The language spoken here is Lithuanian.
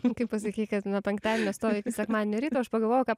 kai pasakei kad nuo penktadienio stovi iki sekmadienio ryto aš pagalvojau kad